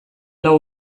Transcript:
lau